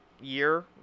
year